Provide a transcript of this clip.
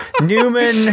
Newman